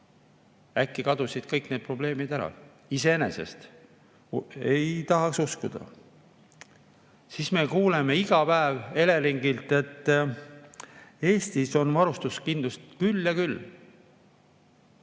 Äkki kadusid kõik need probleemid ära. Iseenesest? Ei taha uskuda. Siis me kuuleme iga päev Eleringilt, et Eestis on varustuskindlust küll ja küll.